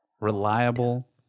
reliable